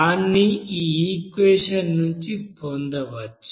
దాన్ని ఈ ఈక్వెషన్ నుండి పొందవచ్చు